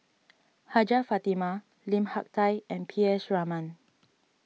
Hajjah Fatimah Lim Hak Tai and P S Raman